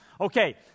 Okay